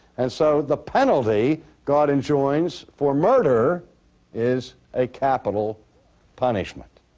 and so the penalty god enjoins for murder is a capital punishment.